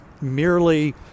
merely